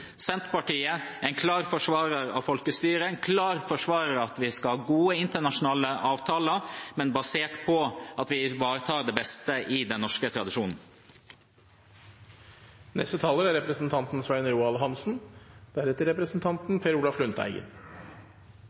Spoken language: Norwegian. Senterpartiet er en klar forsvarer av folkestyret, en klar forsvarer av at vi skal ha gode internasjonale avtaler, men basert på at vi ivaretar det beste i den norske tradisjonen.